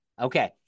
Okay